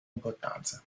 importanza